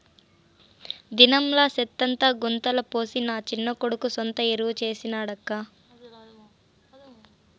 దినంలా సెత్తంతా గుంతల పోసి నా చిన్న కొడుకు సొంత ఎరువు చేసి నాడక్కా